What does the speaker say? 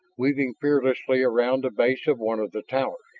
weaving fearlessly around the base of one of the towers.